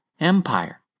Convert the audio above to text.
empire